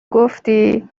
گفتی